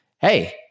hey